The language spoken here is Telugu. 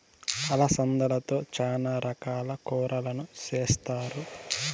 అలసందలతో చానా రకాల కూరలను చేస్తారు